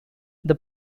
the